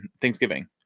Thanksgiving